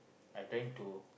I trying to